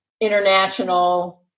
international